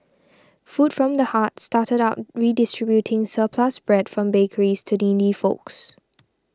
food from the Hearts started out redistributing surplus bread from bakeries to needy folks